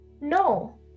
No